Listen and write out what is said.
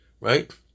right